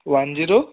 one zero